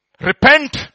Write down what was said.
Repent